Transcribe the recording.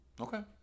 Okay